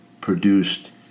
produced